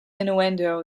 innuendo